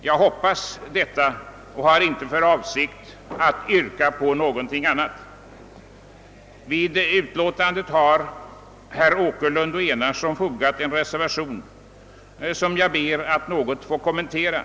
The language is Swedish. Jag hoppas detta och har inte för avsikt att yrka bifall till någonting annat. Vid utlåtandet har herrar Åkerlund och Enarsson fogat en reservation, som jag ber att något få kommentera.